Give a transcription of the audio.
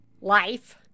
life